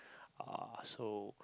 uh so